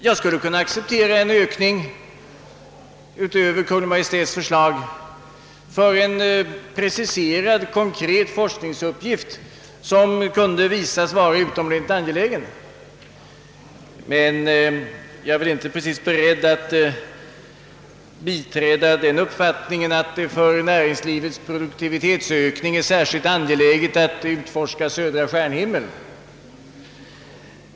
Jag skulle kunna acceptera en ökning utöver Kungl. Maj:ts förslag för en preciserad, konkret forskningsuppgift som kunde visas vara utomordentligt angelägen, men jag är inte beredd att biträda den uppfattningen, att det för näringslivets produktivitetsökning är särskilt angeläget att utforska södra stjärnhimlen.